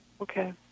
okay